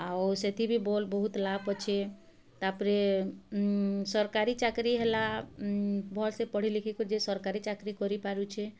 ଆଉ ସେଥି ବି ବହୁତ୍ ଲାଭ୍ ଅଛେ ତାପରେ ସର୍କାରୀ ଚାକିରି ହେଲା ଭଲ୍ସେ ପଢ଼ିଲେଖିକରି ଯେ ସରକାରୀ ଚାକିରି କରିପାରୁଛେ